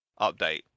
update